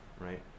right